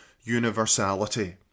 universality